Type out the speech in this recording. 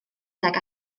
tuag